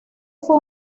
fue